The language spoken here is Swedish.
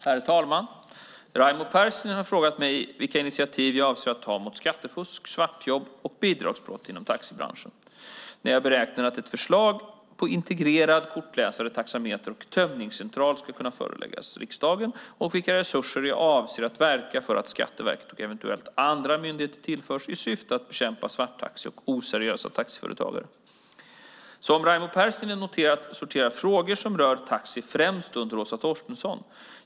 Herr talman! Raimo Pärssinen har frågat mig vilka initiativ jag avser att ta mot skattefusk, svartjobb och bidragsbrott inom taxibranschen, när jag beräknar att förslag på integrerade kortläsartaxametrar och tömningscentraler ska kunna föreläggas riksdagen samt vilka resurser jag avser att verka för att Skatteverket och eventuellt andra myndigheter tillförs i syfte att bekämpa svarttaxi och oseriösa taxiföretagare. Som Raimo Pärssinen noterat sorterar frågor som rör taxi främst under Åsa Torstensson.